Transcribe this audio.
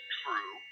true